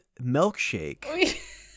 milkshake